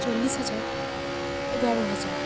ᱪᱚᱞᱞᱤᱥ ᱦᱟᱡᱟᱨ ᱮᱜᱟᱨᱚ ᱦᱟᱡᱟᱨ